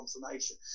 confirmation